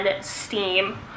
steam